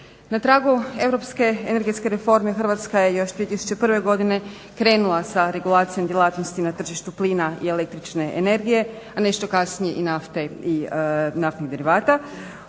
Na tragu Europske energetske reforme Hrvatska je još 2001. godine krenula sa regulacijom djelatnosti na tržištu plina i električne energije, a nešto kasnije i nafte i naftnih derivata.